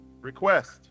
request